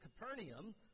Capernaum